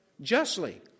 Justly